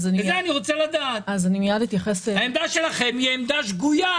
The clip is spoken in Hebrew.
העמדה שלכם שגויה,